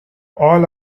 all